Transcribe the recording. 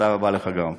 תודה רבה גם לך.